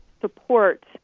support